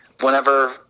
whenever